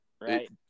right